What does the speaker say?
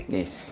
Yes